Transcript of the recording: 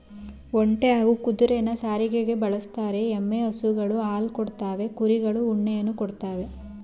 ಒಂಟೆ ಹಾಗೂ ಕುದುರೆನ ಸಾರಿಗೆಗೆ ಬಳುಸ್ತರೆ, ಎಮ್ಮೆ ಹಸುಗಳು ಹಾಲ್ ಕೊಡ್ತವೆ ಕುರಿಗಳು ಉಣ್ಣೆಯನ್ನ ಕೊಡ್ತವೇ